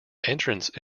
entrance